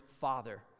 father